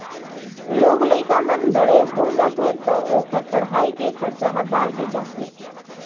लोग लइका मन बड़े हो जाथें तौ ओकर पढ़ाई के खरचा ह बाड़गे जाथे